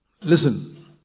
Listen